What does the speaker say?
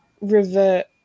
revert